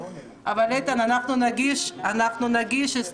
אבל, איתן, אנחנו נגיש הסתייגות